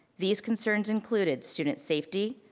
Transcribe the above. these concerns included student safety,